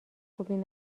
خوبی